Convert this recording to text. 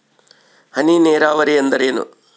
ಹನಿ ನೇರಾವರಿ ಎಂದರೇನು?